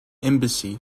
embassy